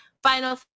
Final